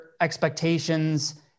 expectations